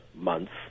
months